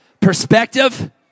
perspective